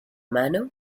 mano